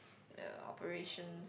uh operations